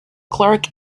clerk